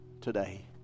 today